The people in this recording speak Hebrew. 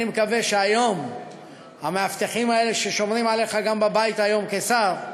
אני מקווה שהיום המאבטחים האלה ששומרים עליך גם בבית היום כשר,